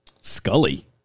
Scully